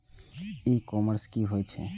ई commerce की होय छेय?